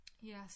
yes